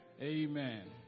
amen